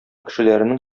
кешеләренең